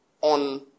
on